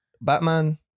Batman